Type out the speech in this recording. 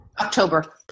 October